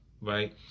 right